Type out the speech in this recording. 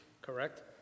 correct